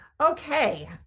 Okay